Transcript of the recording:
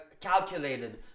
calculated